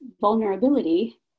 vulnerability